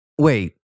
Wait